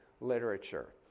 literature